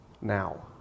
now